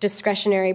discretionary